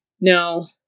Now